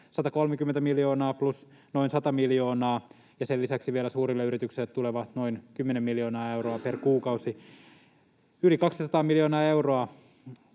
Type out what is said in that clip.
130 miljoonaa plus noin 100 miljoonaa, ja sen lisäksi vielä suurille yrityksille tulevat noin 10 miljoonaa euroa per kuukausi. Yli 200 miljoonaa euroa